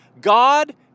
God